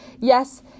yes